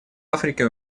африке